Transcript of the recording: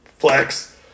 Flex